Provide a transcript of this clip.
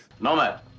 Nomad